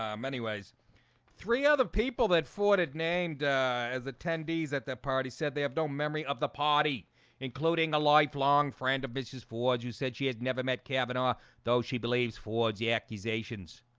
um many ways three other people people that fought it named as attendees at their party said they have no memory of the party including a lifelong friend of mrs. ford you said she had never met cavanaugh though. she believes ford's yeah accusations